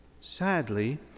sadly